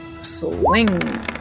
Swing